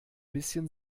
bisschen